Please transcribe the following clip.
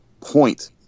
point